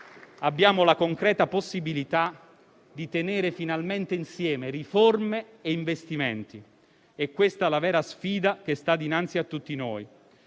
abbiamo la concreta possibilità di tenere finalmente insieme riforme e investimenti. È questa la vera sfida che sta dinanzi a tutti noi,